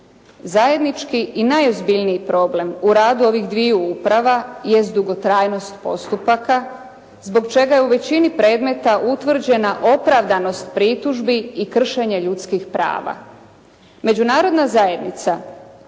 Zajednički i najozbiljniji problem u radu ovih dviju uprava jest dugotrajnost postupaka zbog čega je u većini predmeta utvrđena opravdanost pritužbi i kršenje ljudskih prava.